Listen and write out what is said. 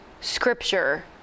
Scripture